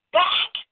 back